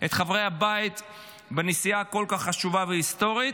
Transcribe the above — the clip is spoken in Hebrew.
את חברי הבית בנסיעה כל כך חשובה והיסטורית.